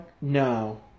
No